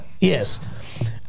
Yes